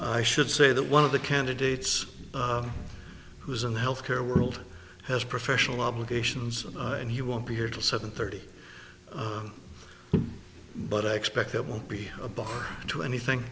i should say that one of the candidates who is in the health care world has professional obligations and he won't be here till seven thirty but i expect it won't be a bar to anything